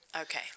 Okay